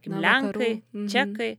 kaip lenkai čekai